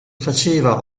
faceva